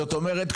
זאת אומרת,